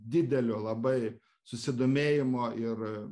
didelio labai susidomėjimo ir